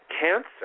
Cancer